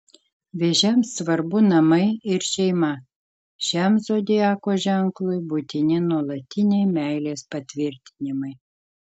vėžiams svarbu namai ir šeima šiam zodiako ženklui būtini nuolatiniai meilės patvirtinimai